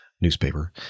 newspaper